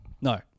no